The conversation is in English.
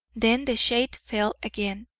then the shade fell again,